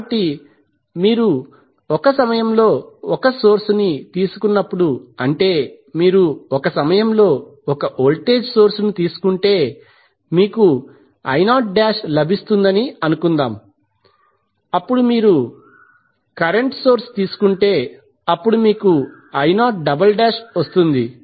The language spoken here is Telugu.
కాబట్టి మీరు ఒక సమయంలో ఒక సోర్స్ ని తీసుకున్నప్పుడు అంటే మీరు ఒక సమయంలో ఒక వోల్టేజ్ సోర్స్ ను తీసుకుంటే మీకు I0లభిస్తుందని అనుకుందాం అప్పుడు మీరు కరెంట్ సోర్స్ తీసుకుంటే అప్పుడు మీకు I0వస్తుంది